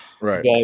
Right